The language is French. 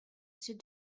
ses